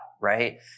right